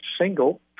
single